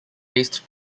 based